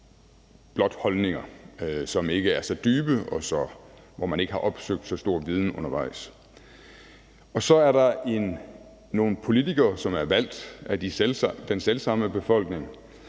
blot holdninger, som ikke er så dybe, og hvor man ikke har opsøgt så stor viden undervejs. Så er der nogle politikere, som er valgt af den selv samme befolkning.